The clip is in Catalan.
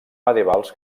medievals